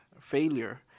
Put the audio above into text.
failure